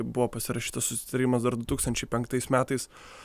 buvo pasirašytas susitarimas dar du tūkstančiai penktais metais